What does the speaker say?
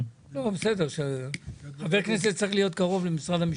בסדר, חבר כנסת צריך להיות קרוב למשרד המשפטים.